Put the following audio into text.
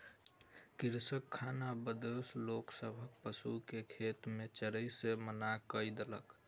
कृषक खानाबदोश लोक सभक पशु के खेत में चरै से मना कय देलक